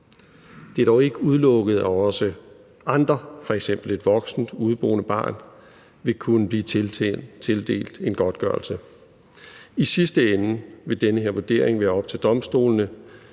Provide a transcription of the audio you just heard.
Det er dog ikke udelukket, at også andre, f.eks. et voksent udeboende barn, vil kunne blive tildelt en godtgørelse. I sidste ende vil den her vurdering være op til domstolene,